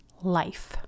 life